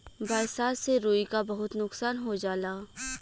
बरसात से रुई क बहुत नुकसान हो जाला